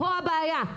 פה הבעיה.